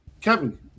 kevin